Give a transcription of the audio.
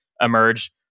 emerge